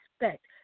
respect